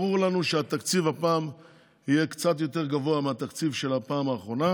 ברור לנו שהתקציב הפעם יהיה קצת יותר גבוה מהתקציב של הפעם האחרונה,